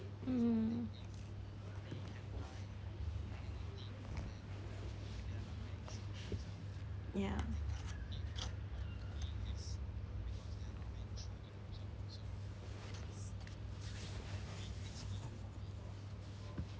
mm ya